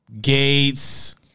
Gates